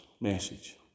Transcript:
message